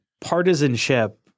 partisanship